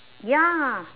ya